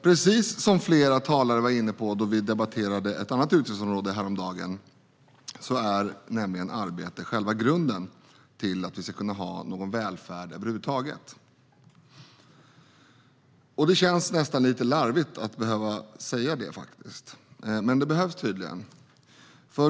Precis som flera talare var inne på då vi debatterade ett annat utgiftsområde häromdagen är arbete själva grunden till att det finns någon välfärd över huvud taget. Det känns nästan lite larvigt att behöva säga det, men det behövs tydligen.